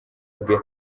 bwe